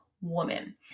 woman